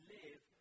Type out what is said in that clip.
live